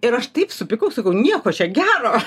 ir aš taip supykau sakau nieko čia gero